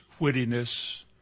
wittiness